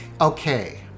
Okay